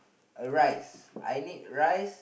a rice I need rice